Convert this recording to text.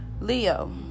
Leo